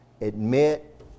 admit